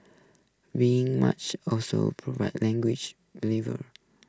being much also prevents language believer